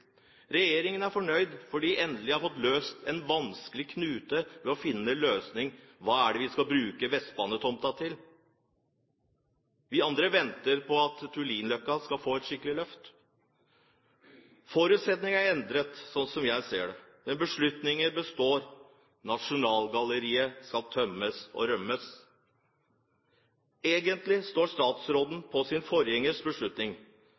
Regjeringen er fornøyd fordi man endelig har fått løst en vanskelig knute og funnet en løsning for hva man skal bruke Vestbanetomten til. Vi andre venter på at Tullinløkka skal få et skikkelig løft. Forutsetningene er endret, slik jeg ser det, men beslutningen består: Nasjonalgalleriet skal tømmes og rømmes. Egentlig står statsråden på sin forgjengers beslutning.